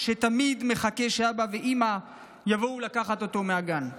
שתמיד מחכה שאבא ואימא יבואו לקחת אותו מהגן.